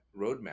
roadmap